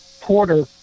porter